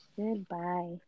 Goodbye